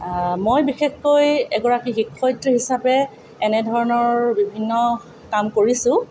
মই বিশেষকৈ এগৰাকী শিক্ষয়িত্ৰী হিচাপে এনেধৰণৰ বিভিন্ন কাম কৰিছোঁ